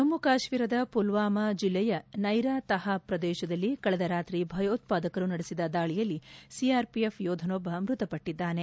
ಜಮ್ನು ಕಾಶ್ನೀರದ ಪುಲ್ವಾಮಾ ಜಿಲ್ಲೆಯ ನೈರಾ ತಹಾಬ್ ಪ್ರದೇಶದಲ್ಲಿ ಕಳೆದ ರಾತ್ರಿ ಭಯೋತ್ವಾದಕರು ನಡೆಸಿದ ದಾಳಿಯಲ್ಲಿ ಸಿಆರ್ಪಿಎಫ್ ಯೋಧನೊಬ್ಬ ಮೃತಪಟ್ಟಿದ್ದಾನೆ